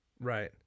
right